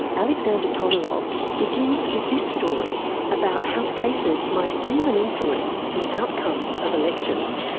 alexander todorov begins with this story about how faces might even influence the outcome of elections.